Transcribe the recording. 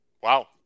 wow